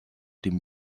dem